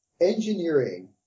engineering